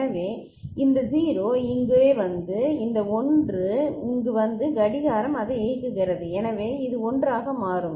எனவே இந்த 0 இங்கே வந்து இந்த 1 இங்கு வந்து கடிகாரம் அதை இயக்குகிறது எனவே இது 1 ஆக மாறும்